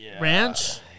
Ranch